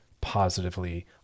positively